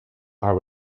are